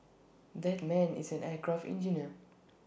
that man is an aircraft engineer